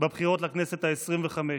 בבחירות לכנסת העשרים-וחמש.